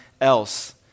else